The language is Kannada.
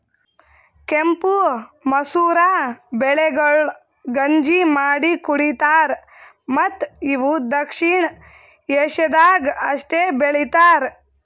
ಕೆಂಪು ಮಸೂರ ಬೆಳೆಗೊಳ್ ಗಂಜಿ ಮಾಡಿ ಕುಡಿತಾರ್ ಮತ್ತ ಇವು ದಕ್ಷಿಣ ಏಷ್ಯಾದಾಗ್ ಅಷ್ಟೆ ಬೆಳಿತಾರ್